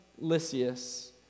Lysias